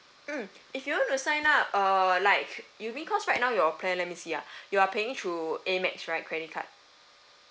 mm if you want to sign up uh like you mean cause right now your plan let me see ah you are paying through A mex right credit card